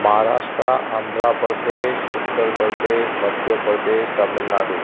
Maharashtra Andhra Pradesh Uttar Pradesh Madhya Pradesh Tamil Nadu